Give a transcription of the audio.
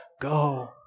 go